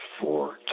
four